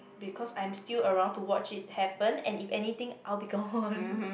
because I'm still around to watch it happen and if anything I'll be gone